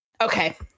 Okay